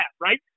right